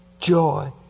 Joy